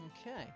Okay